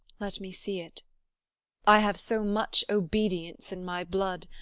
let me see it i have so much obedience in my blood,